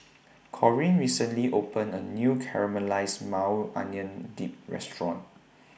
Corinne recently opened A New Caramelized Maui Onion Dip Restaurant